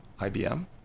IBM